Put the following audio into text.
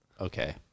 Okay